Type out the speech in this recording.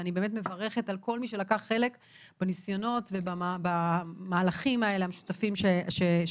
אני באמת מברכת על כל מי שלקח חלק בניסיונות ובמהלכים המשותפים שעשינו.